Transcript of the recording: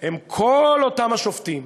הם כל אותם השופטים